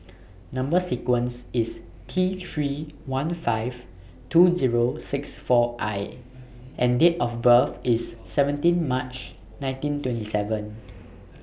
Number sequence IS T three one five two Zero six four I and Date of birth IS seventeen March nineteen twenty seven